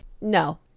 No